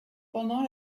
pendant